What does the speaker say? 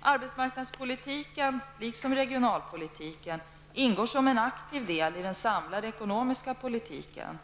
Arbetsmarknadspolitiken, liksom regionalpolitiken, ingår som en aktiv del i den samlade ekonomiska politiken.